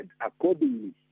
accordingly